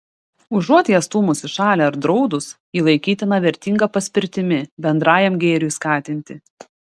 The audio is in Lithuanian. užuot ją stūmus į šalį ar draudus ji laikytina vertinga paspirtimi bendrajam gėriui skatinti